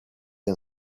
and